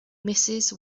mrs